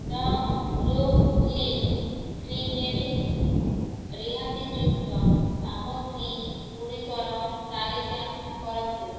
ଦ Brooklyn କ୍ରିମେରିର ରିହାତିଯୁକ୍ତ ସାମଗ୍ରୀଗୁଡ଼ିକର ତାଲିକା କରନ୍ତୁ